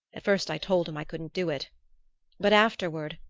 at first i told him i couldn't do it but afterward,